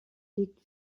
legt